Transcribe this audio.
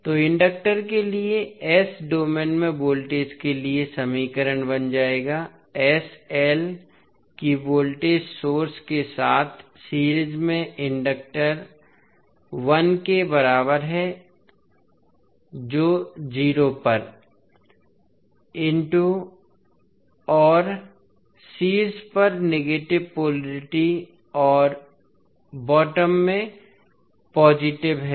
तो इंडक्टर के लिए s डोमेन में वोल्टेज के लिए समीकरण बन जाएगा कि वोल्टेज सोर्स के साथ सीरीज में इंडक्टर 1 के बराबर है है जो 0 पर I इन्टू l और शीर्ष पर नेगेटिव पोलेरिटी और तल में पॉज़िटिव है